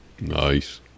Nice